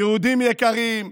יהודים יקרים.